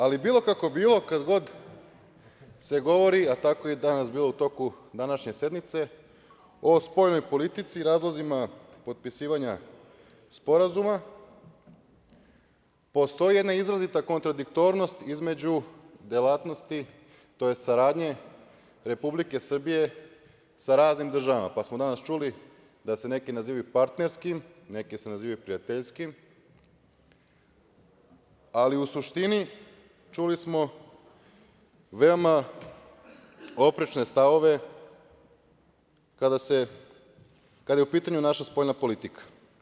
Ali, bilo kako bilo, kada god se govori, a tako je i danas bilo u toku današnje sednice, o spoljnoj politici, razlozima potpisivanja sporazuma, postoji jedna izrazita kontradiktornost između delatnosti, tj. saradnje Republike Srbije sa raznim državama, pa smo danas čuli da se neki nazivaju partnerskim, neki se nazivaju prijateljskim, ali u suštini čuli smo veoma oprečne stavove, kada je u pitanju naša spoljna politika.